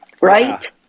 Right